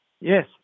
Yes